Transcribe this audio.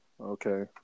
Okay